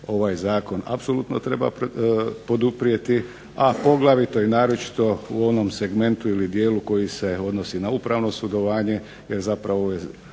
Ovaj zakon apsolutno treba poduprijeti, a poglavito i naročito u onom segmentu i dijelu koji se odnosi na upravno sudovanje jer zapravo